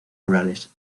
rurales